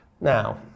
Now